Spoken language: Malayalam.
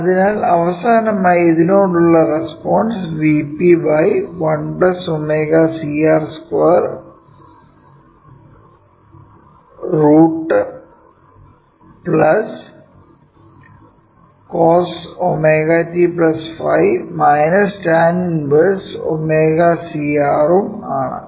അതിനാൽ അവസാനമായി ഇതിനോടുള്ള response Vp1ωcR212 cos of ω t ϕ tan 1 ω c R ഉം ആണ്